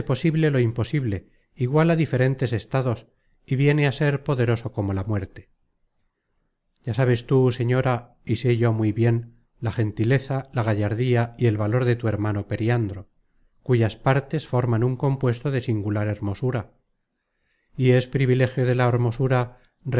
posible lo imposible iguala diferentes estados y viene á ser poderoso como la muerte ya sabes tú señora y sé yo muy bien la gentileza la gallardía y el valor de tu hermano periandro cuyas partes forman un compuesto de singular hermosura y es privilegio de la hermosura